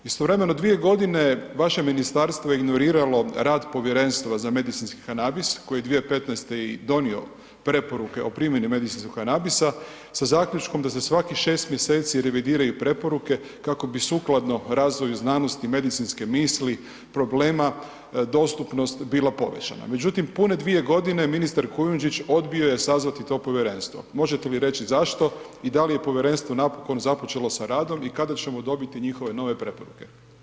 Istovremeno dvije je godine vaše ministarstvo ignoriralo rad Povjerenstva za medicinski kanabis koji je 2015. i donio preporuke o primjeni medicinskog kanabisa sa zaključkom da se svakih 6 mjeseci revidiraju preporuke kako bi sukladno razvoju znanosti, medicinske misli, problema, dostupnost bila … [[Govornik se ne razumije]] Međutim, pune dvije godine ministar Kujundžić odbio je sazvati to povjerenstvo, možete li reći zašto i da li je povjerenstvo napokon započelo sa radom i kada ćemo dobiti njihove nove preporuke?